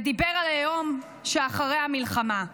ודיבר על היום שאחרי המלחמה.